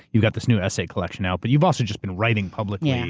you've got this new essay collection out, but you've also just been writing publicly. and